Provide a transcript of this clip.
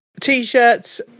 t-shirts